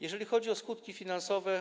Jeżeli chodzi o skutki finansowe.